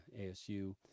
ASU